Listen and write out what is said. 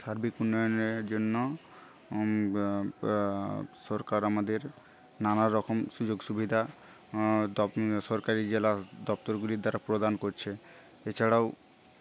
সার্বিক উন্নয়নের জন্য সরকার আমাদের নানারকম সুযোগ সুবিধা সরকারি জেলা দপ্তরগুলির দ্বারা প্রদান করছে এছাড়াও